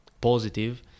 positive